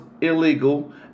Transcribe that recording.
illegal